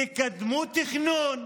תקדמו תכנון.